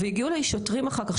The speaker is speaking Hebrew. והגיעו אליי שוטרים אחר כך,